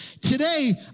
Today